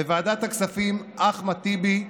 בוועדת הכספים: אחמד טיבי,